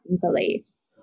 beliefs